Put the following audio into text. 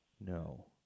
No